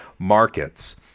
Markets